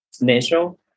natural